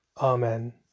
Amen